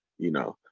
you know,